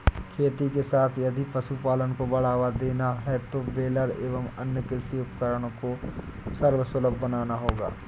खेती के साथ यदि पशुपालन को बढ़ावा देना है तो बेलर एवं अन्य कृषि उपकरण को सर्वसुलभ बनाना होगा